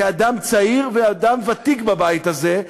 כאדם צעיר ואדם ותיק בבית הזה,